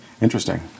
Interesting